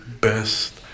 best